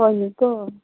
ꯍꯣꯏꯅꯦꯀꯣ